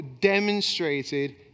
demonstrated